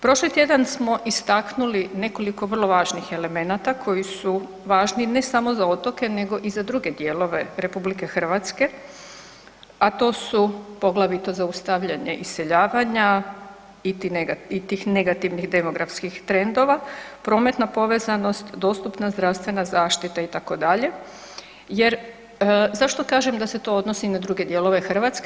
Prošli tjedan smo istaknuli nekoliko vrlo važnih elemenata koji su važni ne samo za otoke nego i za druge dijelove RH, a to su poglavito zaustavljanje iseljavanja i tih negativnih demografskih trendova, prometna povezanost, dostupna zdravstvena zaštita itd. jer zašto kažem da se to odnosi na druge dijelove Hrvatske?